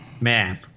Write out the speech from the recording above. man